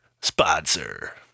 sponsor